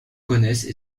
connaissent